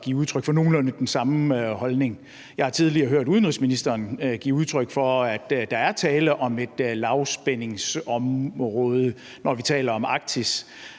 give udtryk for nogenlunde den samme holdning. Jeg har tidligere hørt udenrigsministeren give udtryk for, at der er tale om et lavspændingsområde, når vi taler om Arktis,